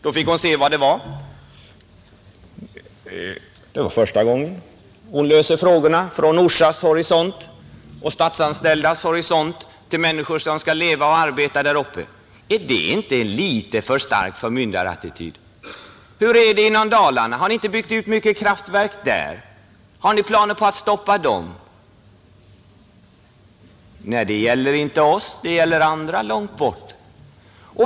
Då fick hon se vad det var för första gången. Hon löser frågorna från Orsas horisont och från statsanställdas horisont för människor som skall leva och arbeta där uppe. Är det inte en litet för stark förmyndarattityd? Hur är det inom Dalarna? Har ni inte byggt ut mycket kraftverk där? Har ni planer på att stoppa dem? Nej, sådant gäller inte oss, det gäller andra långt bort.